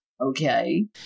okay